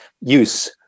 use